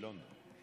מלונדון.